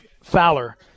Fowler